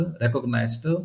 recognized